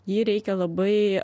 jį reikia labai